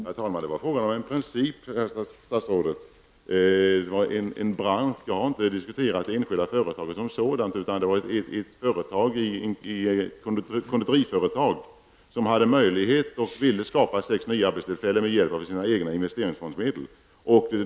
Herr talman! Det var fråga om en princip, herr statsrådet. Jag har inte diskuterat det enskilda företaget som sådant, utan det gällde ett konditoriföretag som hade möjlighet och ville skapa sex nya arbetstillfällen med hjälp av egna investeringsfondsmedel.